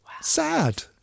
sad